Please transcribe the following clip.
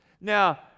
Now